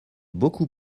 beaucoup